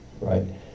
right